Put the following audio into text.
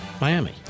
Miami